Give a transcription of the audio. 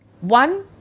One